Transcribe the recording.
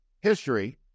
History